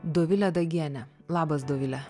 dovile dagiene labas dovile